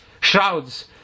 shrouds